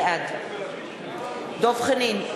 בעד דב חנין,